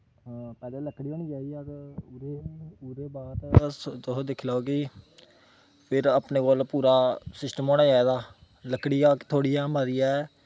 पैह्लें लक्कड़ियां होनी चाहिदियां ते ओह्दे अस तुस दिक्खी लैओ कि फिर अपने कोल पूरा सिस्टम होना चाहिदा लकड़ियां थोह्ड़ियां मतियां